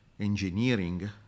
engineering